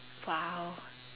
!wow!